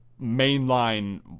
mainline